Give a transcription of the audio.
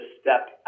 step